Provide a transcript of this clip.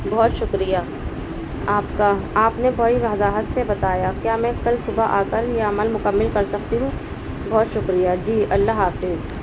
بہت شکریہ آپ کا آپ نے بڑی وضاحت سے بتایا کیا میں کل صبح آ کر یہ عمل مکمل کر سکتی ہوں بہت شکریہ جی اللہ حافظ